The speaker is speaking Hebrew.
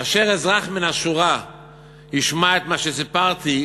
כאשר אזרח מן השורה ישמע את מה שסיפרתי,